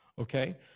Okay